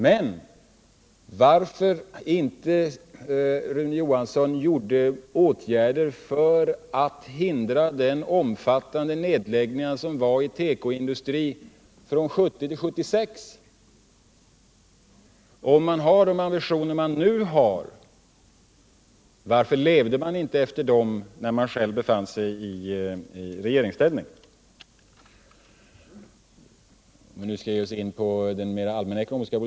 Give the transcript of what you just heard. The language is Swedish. Men varför vidtog inte Rune Johansson åtgärder för att hindra den omfattande nedläggning som skedde inom tekoindustrin under tiden 1970-1976? Om man hade de ambitioner då som man nu har, varför levde man inte efter dem när man själv befann sig i regeringsställning? Rune Johansson talade om priser som stigit mer än tidigare.